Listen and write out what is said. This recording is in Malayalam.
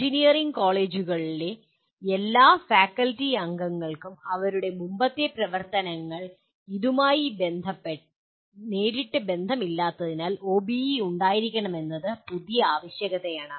എഞ്ചിനീയറിംഗ് കോളേജുകളിലെ എല്ലാ ഫാക്കൽറ്റി അംഗങ്ങൾക്കും അവരുടെ മുമ്പത്തെ പ്രവർത്തനങ്ങൾ ഇതുമായി നേരിട്ട് ബന്ധമില്ലാത്തതിനാൽ ഒബിഇ ഉണ്ടായിരിക്കണമെന്നത് ഈ പുതിയ ആവശ്യകതയാണ്